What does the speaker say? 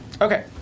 Okay